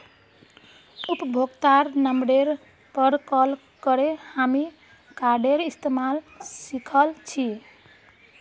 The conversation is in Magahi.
उपभोक्तार नंबरेर पर कॉल करे हामी कार्डेर इस्तमाल सिखल छि